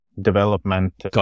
development